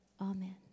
Amen